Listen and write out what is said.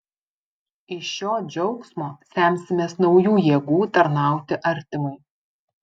iš šio džiaugsmo semsimės naujų jėgų tarnauti artimui